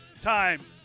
time